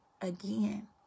again